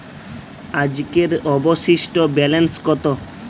আজকের অবশিষ্ট ব্যালেন্স কত?